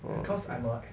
orh okay